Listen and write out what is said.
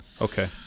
Okay